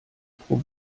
pro